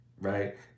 right